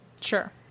Sure